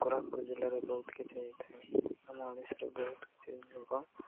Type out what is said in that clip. କୋରାପୁଟ ଜିଲ୍ଲାରେ ବହୁତ କିଛି ଥାଏ ଆମ ଓଡ଼ିଶାରେ ବହୁତ କିଛି ଲୋକ